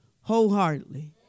wholeheartedly